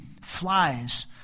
flies